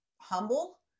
humble